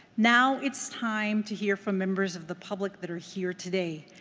now it's time to hear from members of the public that are here today.